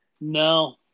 No